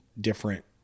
different